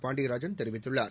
பாண்டியராஜன் தெரிவித்துள்ளார்